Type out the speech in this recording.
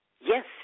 Yes